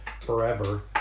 forever